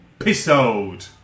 Episode